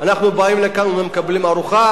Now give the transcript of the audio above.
אנחנו באים לכאן ומקבלים ארוחה,